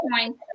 point